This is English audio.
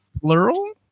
plural